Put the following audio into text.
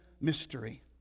mystery